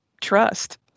trust